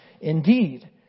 Indeed